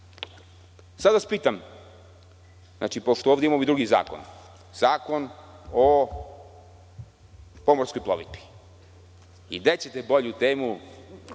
Sada vas pitam pošto ovde imamo i drugi zakon, Zakon o pomorskoj plovidbi i gde ćete bolju temu